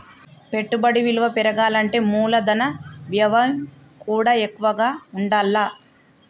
పెట్టుబడి విలువ పెరగాలంటే మూలధన వ్యయం కూడా ఎక్కువగా ఉండాల్ల